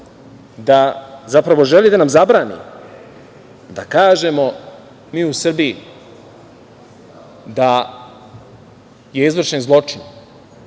da zapravo želi da nam zabrani da kažemo mi u Srbiji da je izvršen zločin,